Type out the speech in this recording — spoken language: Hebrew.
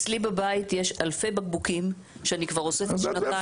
אצלי בבית יש אלפי בקבוקים שאני כבר אוספת שנתיים.